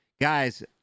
Guys